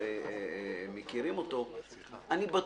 אורי מקלב (יו"ר ועדת המדע והטכנולוגיה): הם לא יכולים להטעין.